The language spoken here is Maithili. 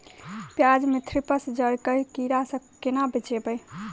प्याज मे थ्रिप्स जड़ केँ कीड़ा सँ केना बचेबै?